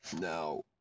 now